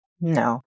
No